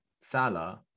Salah